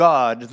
God